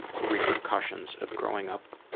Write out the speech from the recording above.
and repercussions of growing up, ah,